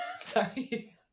Sorry